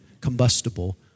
combustible